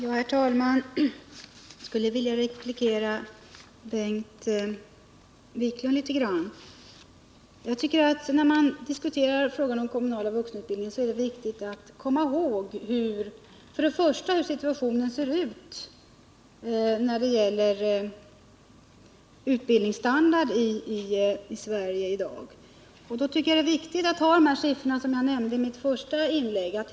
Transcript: Herr talman! Jag skulle vilja replikera Bengt Wiklund litet grand. När man diskuterar frågan om den kommunala vuxenutbildningen är det viktigt att komma ihåg hur situationen ser ut när det gäller utbildningsstandarden i Sverige i dag. Då tycker jag det är viktigt att ha i minnet de siffror som jag nämnde i mitt första inlägg.